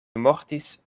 mortis